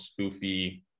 spoofy